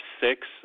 six